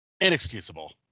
Inexcusable